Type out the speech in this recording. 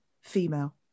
female